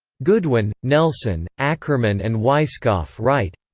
goodwin, nelson, ackerman and weisskopf write